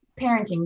parenting